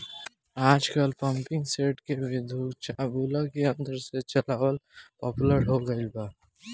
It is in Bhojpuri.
आजकल पम्पींगसेट के विद्युत्चुम्बकत्व यंत्र से चलावल पॉपुलर हो गईल बा